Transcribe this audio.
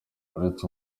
uretse